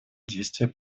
действий